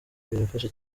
birafasha